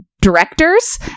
directors